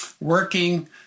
working